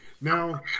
Now